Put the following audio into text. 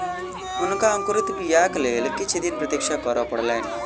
हुनका अंकुरित बीयाक लेल किछ दिन प्रतीक्षा करअ पड़लैन